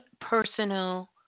personal